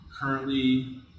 Currently